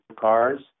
cars